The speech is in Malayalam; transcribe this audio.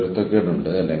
multi dimensional ചാപല്യം